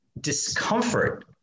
discomfort